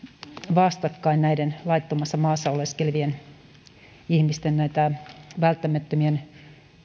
vastakkain näiden laittomasti maassa oleskelevien ihmisten välttämättömien